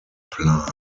plan